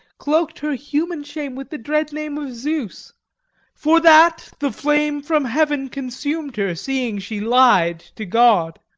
cloaked her human shame with the dread name of zeus for that the flame from heaven consumed her, seeing she lied to god.